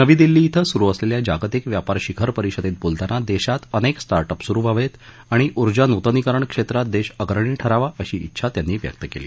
नवी दिल्ली इथं सुरु असलेल्या जागतिक व्यापार शिखर परिषदेत बोलताना देशात अनेक स्टार्टअप सुरु व्हावेत आणि ऊर्जा नूतनीकरण क्षेत्रात देश अग्रणी ठरावा अशी इच्छा त्यांनी व्यक्त केली